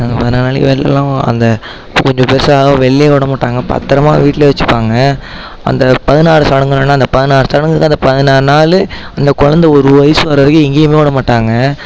பதினாறு நாளைக்கு வெளிலலாம் அந்த கொஞ்சம் பெருசாக ஆக வெளிலியும் விட மாட்டாங்க பத்திரமா வீட்லேயே வைச்சிப்பாங்க அந்த பதினாறு சடங்குன்னு சொன்னேன்ல அந்த பதினாறு சடங்குக்கு அந்த பதினாறு நாள் அந்த கொழந்தை ஒரு வயது வர வரைக்கும் எங்கேயுமே விட மாட்டாங்க